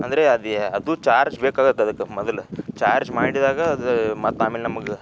ಅಂದರೆ ಅದು ಅದು ಚಾರ್ಜ್ ಬೇಕಾಗುತ್ತೆ ಅದಕ್ಕೆ ಮೊದಲು ಚಾರ್ಜ್ ಮಾಡಿದಾಗ ಅದು ಮತ್ತು ಆಮೇಲೆ ನಮಗೆ